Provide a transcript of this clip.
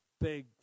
big